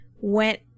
went